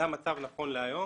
זה המצב נכון להיום